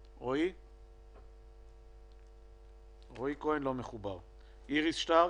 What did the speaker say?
ב-100% או ב-200% אין לנו סמכות לקחת כסף שהוא מס שנוי